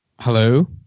Hello